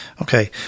Okay